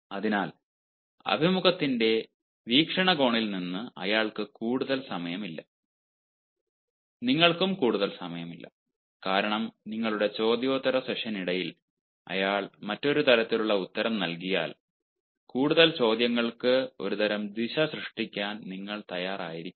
അതിനാൽ അഭിമുഖത്തിന്റെ വീക്ഷണകോണിൽ നിന്ന് അയാൾക്ക് കൂടുതൽ സമയമില്ല നിങ്ങൾക്കും കൂടുതൽ സമയമില്ല കാരണം നിങ്ങളുടെ ചോദ്യോത്തര സെഷനിനിടയിൽ അയാൾ മറ്റൊരു തരത്തിലുള്ള ഉത്തരം നൽകിയാൽ കൂടുതൽ ചോദ്യങ്ങൾക്ക് ഒരു തരം ദിശ സൃഷ്ടിക്കാൻ നിങ്ങൾ തയ്യാർ ആയിരിക്കില്ല